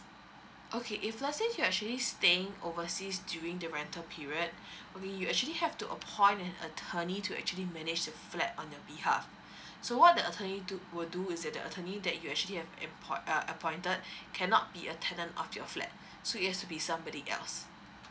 okay if let's say you actually staying overseas during the rental period okay you actually have to appoint an attorney to actually manage your flat on your behalf so what the attorney do will do is that the attorney that you actually have appoint uh appointed cannot be a tenant of your flat so it has to be somebody else